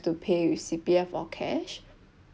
the pay with C_P_F or cash